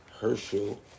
Herschel